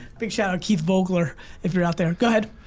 big shout out, keith volgler if you're out there. go ahead.